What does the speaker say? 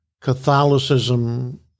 Catholicism